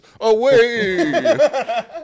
Away